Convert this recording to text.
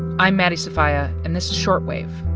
i'm maddie sofia, and this is short wave,